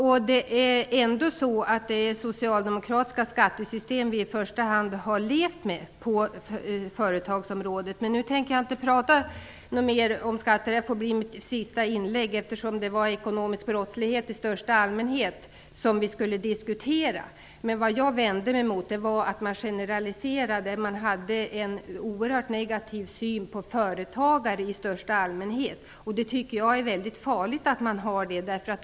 Vi har ändå i första hand levt med socialdemokratiska skattesystem på företagsområdet. Jag tänker inte prata mer om skatter. Detta får bli mitt sista inlägg, eftersom det var ekonomisk brottslighet i största allmänhet som vi skulle diskutera. Vad jag vände mig emot var att man generaliserade. Man hade rent allmänt en oerhört negativ syn på företagare. Det är väldigt farligt att ha ett sådant synsätt.